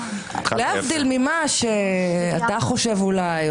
להבדיל ממה שאתה חושב אולי,